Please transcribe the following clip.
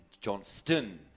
johnston